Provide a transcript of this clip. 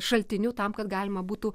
šaltiniu tam kad galima būtų